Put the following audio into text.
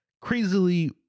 crazily